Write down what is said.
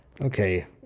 okay